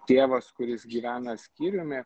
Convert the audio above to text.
tėvas kuris gyvena skyriumi